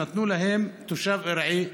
נתנו להם תושב ארעי.